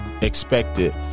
expected